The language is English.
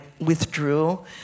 withdrew